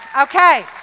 Okay